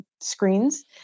screens